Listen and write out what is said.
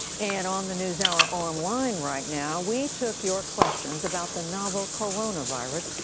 and on the newshour online right now, we took your questions about the novel coronavirus,